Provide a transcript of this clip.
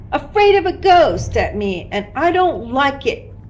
afraid of a ghost at me and i don't like it.